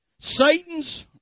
Satan's